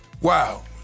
Wow